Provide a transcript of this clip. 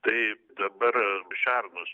tai dabar šernus